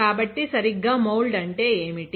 కాబట్టి సరిగ్గా మౌల్డ్ అంటే ఏమిటి